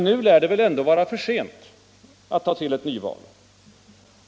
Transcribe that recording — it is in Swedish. Nu lär det väl vara för sent med ett nyval.